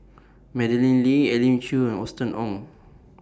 Madeleine Lee Elim Chew and Austen Ong